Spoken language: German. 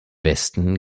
westen